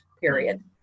period